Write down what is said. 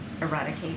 eradicate